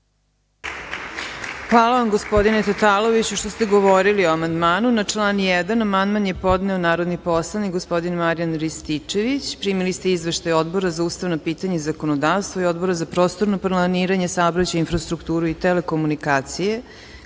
Hvala vam gospodine Tataloviću što ste govorili o amandmanu. Na član 1. amandman je podneo narodni poslanik, gospodin Marijan Rističević. Primili ste Izveštaj Odbora za ustavna pitanja i zakonodavstvo i Odbora za prostorno planiranje, saobraćaj i infrastrukturu i telekomunikacije,